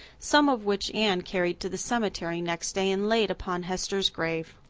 some of which anne carried to the cemetery next day and laid upon hester's grave.